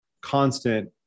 constant